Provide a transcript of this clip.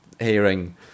hearing